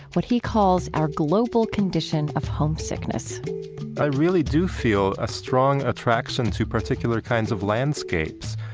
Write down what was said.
what he calls our global condition of homesickness i really do feel a strong attraction to particular kinds of landscapes,